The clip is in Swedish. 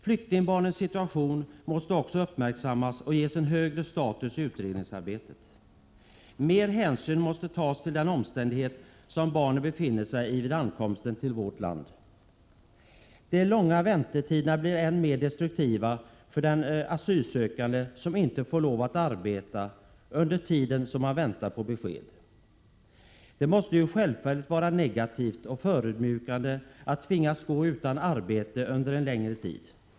Flyktingbarnens situation måste också uppmärksammas och ges en högre status i utredningsarbetet. Mer hänsyn måste tas till den situation som barnen befinner sig i vid ankomsten till vårt land. De långa väntetiderna blir än mer destruktiva för den asylsökande som inte får lov att arbeta under tiden som han väntar på besked. Det är självfallet negativt och förödmjukande att tvingas gå utan arbete under en längre tid.